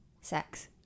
Sex